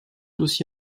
aussi